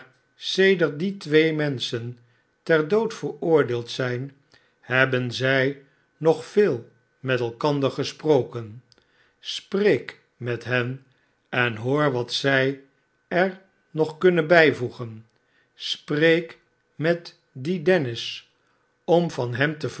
sedert die twee menschen ter dood veroordeeld zijn hebben zij nog veel met elkander gesproken spreek met hen en hoor wat zij er nog kunnen bijvoegen spreek met dien dennis omvan hem te